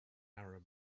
arab